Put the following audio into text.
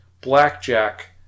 Blackjack